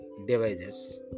devices